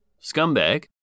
Scumbag